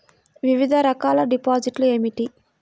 వివిధ రకాల డిపాజిట్లు ఏమిటీ?